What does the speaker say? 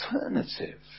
alternative